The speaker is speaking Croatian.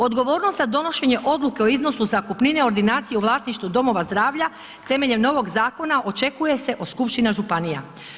Odgovornost za donošenje odluke o iznosu zakupnike ordinacije u vlasništvu domova zdravlja temeljem novog zakona očekuje se od skupština županija.